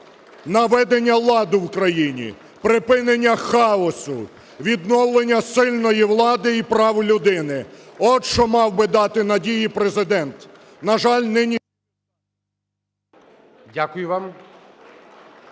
наведення ладу в країні, припинення хаосу, відновлення сильної влади і прав людини. От що мав би дати на дії Президент. На жаль… ГОЛОВУЮЧИЙ. Дякую вам.